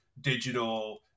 digital